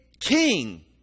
king